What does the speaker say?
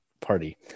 party